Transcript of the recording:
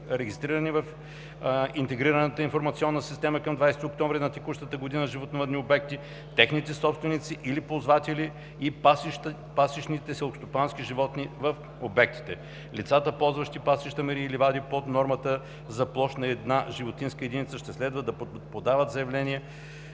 регистрирани в Интегрираната информационна система към 20 октомври на текущата година животновъдни обекти, техните собственици или ползватели и пасищните селскостопански животни в обектите. Лицата, ползващи пасища, мери и ливади над нормата за площ на една животинска единица, ще следва да подадат заявление